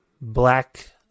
black